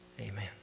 Amen